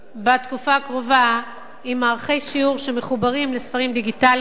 בתקופה הקרובה עם מערכי שיעור שמחוברים לספרים דיגיטליים,